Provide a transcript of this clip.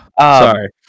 Sorry